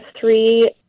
three